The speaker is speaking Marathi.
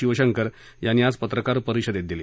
शिवशंकर यांनी आज पत्रकार परिषदेत दिली